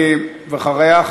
ואחריה,